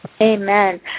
Amen